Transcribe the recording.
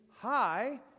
high